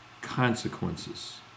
consequences